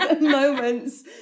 moments